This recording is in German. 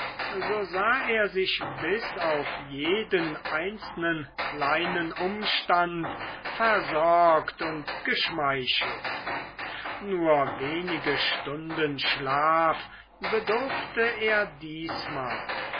so sah er sich bis auf jeden einzelnen kleinen umstand versorgt und geschmeichelt nur wenig stunden schlaf bedurfte er diesmal